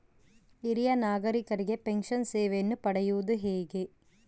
ಹಿರಿಯ ನಾಗರಿಕರಿಗೆ ಪೆನ್ಷನ್ ಸೇವೆಯನ್ನು ಪಡೆಯುವುದು ಹೇಗೆ?